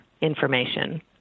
information